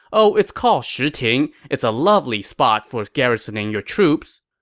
oh it's called shiting. it's a lovely spot for garrisoning your troops.